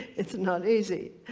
it's not easy.